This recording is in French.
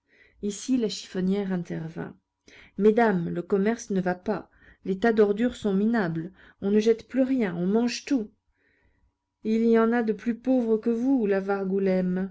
ici la chiffonnière intervint mesdames le commerce ne va pas les tas d'ordures sont minables on ne jette plus rien on mange tout il y en a de plus pauvres que vous la